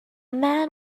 man